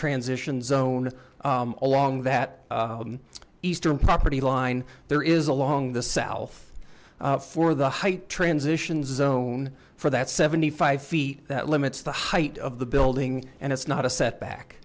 transition zone along that eastern property line there is along the south for the height transition zone for that seventy five feet that limits the height of the building and it's not a setback